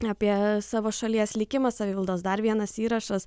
apie savo šalies likimą savivaldos dar vienas įrašas